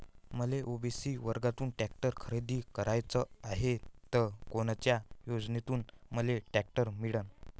मले ओ.बी.सी वर्गातून टॅक्टर खरेदी कराचा हाये त कोनच्या योजनेतून मले टॅक्टर मिळन?